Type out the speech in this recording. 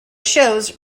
shows